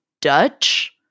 Dutch